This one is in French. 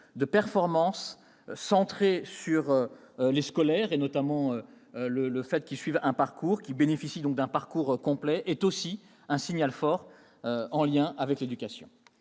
de performance centré sur les scolaires, et notamment sur le fait qu'ils bénéficient d'un parcours complet, est aussi un signal fort en lien avec l'éducation.